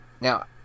now